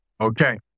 Okay